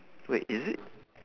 wait is it